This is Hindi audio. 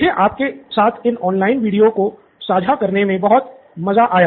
मुझे आपके साथ इन ऑनलाइन वीडियो को साझा करने में बहुत मज़ा आया